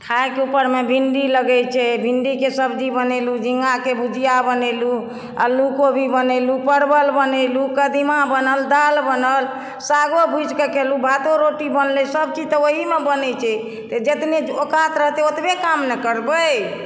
खाय के ऊपरमे भिंडी लगै छै भिंडी के सब्जी बनेलहुॅं झींगा के भुजिया बनेलहुॅं आ आलू कोबी बनेलहुॅं परवल बनेलहुॅं कदीमा बनल दाल बनल सागो भूजिके खेलहुॅं भातो रोटी बनलै सब चीज तऽ ओहिमे बनय छै तऽ जतनी औक़ात रहतै ओतबे काम न करबै